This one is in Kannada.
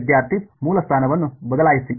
ವಿದ್ಯಾರ್ಥಿ ಮೂಲಸ್ಥಾನವನ್ನು ಬದಲಾಯಿಸಿ